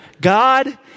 God